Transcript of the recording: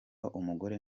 umugore